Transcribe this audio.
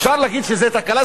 אפשר להגיד שזו תקלה?